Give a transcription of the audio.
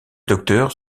docteur